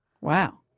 Wow